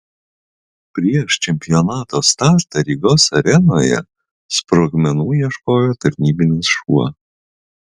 prieš čempionato startą rygos arenoje sprogmenų ieškojo tarnybinis šuo